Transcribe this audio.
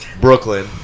Brooklyn